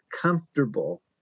comfortable